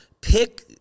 pick